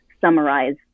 summarize